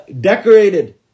decorated